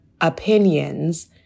opinions